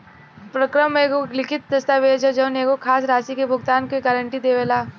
परक्रमय एगो लिखित दस्तावेज ह जवन एगो खास राशि के भुगतान के गारंटी देवेला